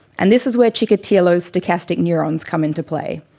and this is where chikatilo's stochastic neurons come in to play.